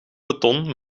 beton